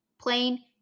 plain